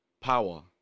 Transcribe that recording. Power